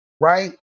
Right